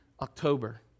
october